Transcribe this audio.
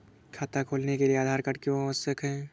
खाता खोलने के लिए आधार क्यो आवश्यक है?